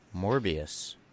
morbius